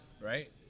right